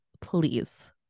please